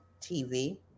TV